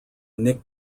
nick